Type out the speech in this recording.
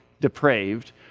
depraved